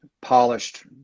polished